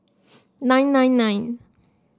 nine nine nine